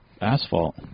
asphalt